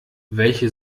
welche